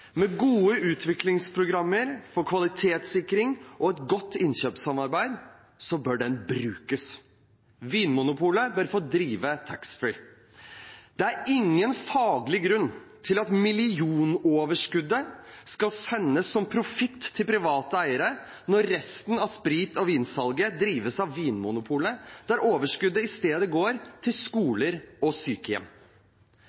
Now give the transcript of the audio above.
med gode utviklingsprogrammer for kvalitetssikring og et godt innkjøpssamarbeid, bør den brukes. Vinmonopolet bør få drive taxfree. Det er ingen faglig grunn til at millionoverskuddet skal sendes som profitt til private eiere, når resten av sprit- og vinsalget drives av Vinmonopolet, der overskuddet i stedet går til